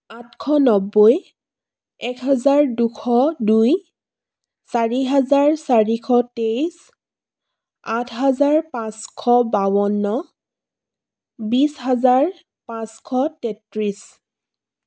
আঠশ নব্বৈ এক হাজাৰ দুশ দুই চাৰি হাজাৰ চাৰিশ তেইছ আঠ হাজাৰ পাঁচশ বাৱন্ন বিছ হাজাৰ পাঁচশ তেত্ৰিছ